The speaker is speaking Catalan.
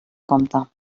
compte